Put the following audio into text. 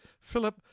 Philip